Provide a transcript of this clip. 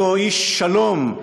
אותו איש שלום?